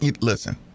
Listen